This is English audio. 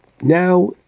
now